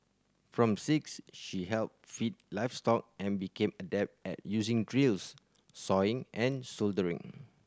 from six she helped feed livestock and became adept at using drills sawing and soldering